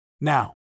Now